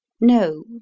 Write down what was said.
No